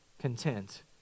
content